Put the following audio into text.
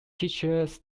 teachers